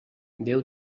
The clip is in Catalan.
déu